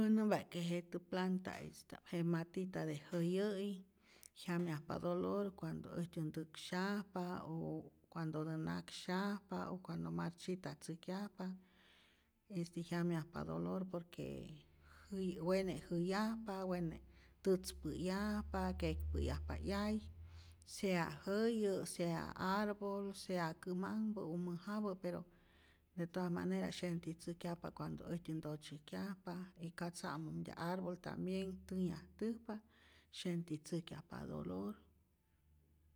Äj nämpa't que jetä planta'ista'p, je matita de jäyä'i jyamyajpa dolor cuando äjtyä ntä'ksyajpa o cuandotä naksyajpa o cuando marchitatzäjkyajpa, este jyamyajpa dolor por que jäy wene' jäyajpa, wene' tätzpä'yajpa, kekpä'yajpa 'yay, sea jäyä', sea arbol, sea kämanhpä o mäjapä pero de todas manera syentitzäjkyajpa cuando äjtyä ntotzyäjkyajpa, y ka tza'momtya'p arbol tambien tänhyajtäjpa, syentitzäjkyajpa dolor.